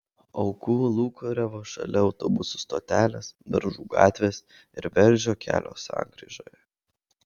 aukų lūkuriavo šalia autobusų stotelės beržų gatvės ir velžio kelio sankryžoje